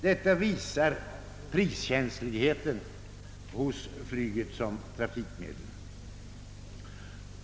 Detta visar priskänsligheten hos flyget som trafikmedel.